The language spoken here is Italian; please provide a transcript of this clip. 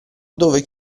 dove